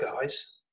guys